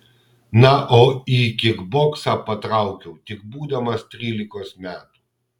na o į kikboksą patraukiau tik būdamas trylikos metų